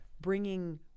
bringing